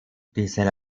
diesen